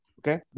Okay